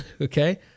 Okay